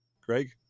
Greg